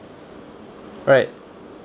right